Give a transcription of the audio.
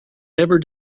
never